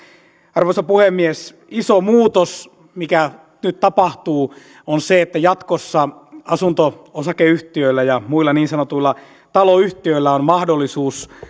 arvoisa puhemies iso muutos mikä nyt tapahtuu on se että jatkossa asunto osakeyhtiöillä ja muilla niin sanotuilla taloyhtiöillä on mahdollisuus